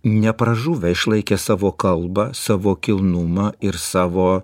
nepražuvę išlaikę savo kalbą savo kilnumą ir savo